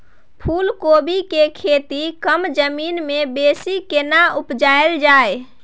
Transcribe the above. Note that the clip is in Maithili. फूलकोबी के खेती कम जमीन मे बेसी केना उपजायल जाय?